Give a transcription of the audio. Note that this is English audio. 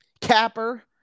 capper